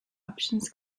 options